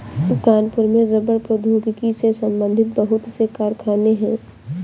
कानपुर में रबड़ प्रौद्योगिकी से संबंधित बहुत से कारखाने है